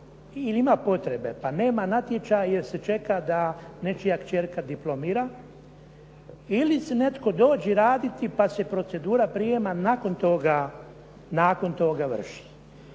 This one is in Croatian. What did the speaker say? ili ima potrebe, pa nema natječaja jer se čeka da nečija kćerka diplomira. Ili se netko dođe raditi, pa se procedura prijema nakon toga vrši.